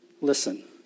listen